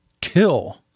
kill